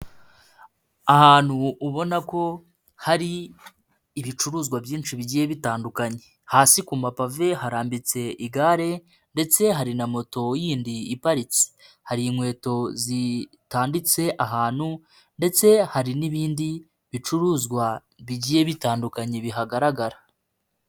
Ahantu ubona ko hari ibicuruzwa byinshi bigiye bitandukanye. Hasi ku mapave, harambitse igare, ndetse hari na moto yindi iparitse. Hari inkweto zitnditse ahantu, ndetse hari n'ibindi bicuruzwa bigiye bitandukanye bihagaragara.